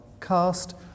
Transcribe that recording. cast